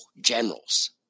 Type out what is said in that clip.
generals